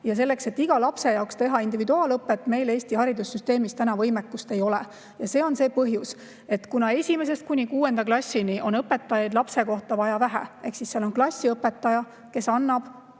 Aga selleks, et igale lapsele teha individuaalõpet, meil Eesti haridussüsteemis võimekust ei ole. See on see põhjus. Esimesest kuni kuuenda klassini on õpetajaid lapse kohta vaja vähe, sest seal on klassiõpetaja, kes annab